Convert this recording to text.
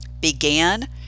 began